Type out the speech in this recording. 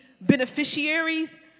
beneficiaries